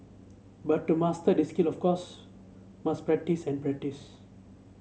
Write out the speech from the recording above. but to master these skills of course must practise and practise